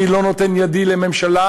אני לא נותן ידי לממשלה,